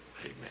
Amen